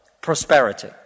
prosperity